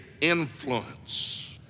influence